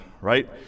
right